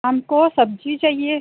हमको सब्जी चाहिए